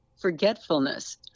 forgetfulness